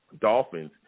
Dolphins